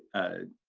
a